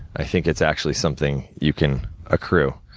i think it's actually something you can accrue.